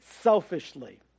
selfishly